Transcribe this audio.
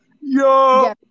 Yo